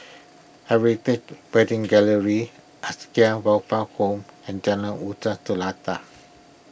Heritage Wedding Gallery Acacia Welfare Home and Jalan Uta Seletar